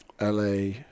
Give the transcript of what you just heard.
LA